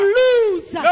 lose